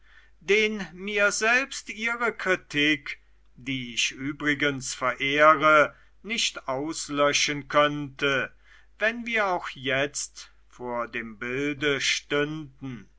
den mir selbst ihre kritik die ich übrigens verehre nicht auslöschen könnte wenn wir auch jetzt vor dem bilde stünden